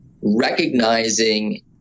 recognizing